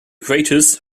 creators